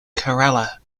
kerala